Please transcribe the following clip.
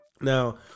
Now